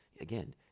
again